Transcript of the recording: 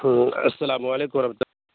تو السّلام علیکم ورحمتہ اللہ